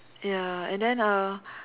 ya and then uh